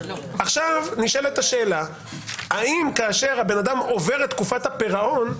עכשיו נשאלת השאלה האם כאשר הבן אדם עובר את תקופת הפירעון,